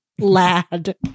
lad